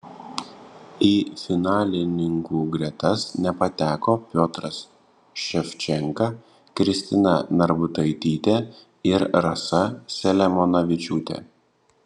į finalininkų gretas nepateko piotras ševčenka kristina narbutaitytė ir rasa selemonavičiūtė